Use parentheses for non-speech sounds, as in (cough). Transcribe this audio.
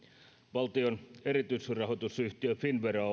valtion erityisrahoitusyhtiö finnvera (unintelligible)